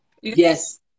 Yes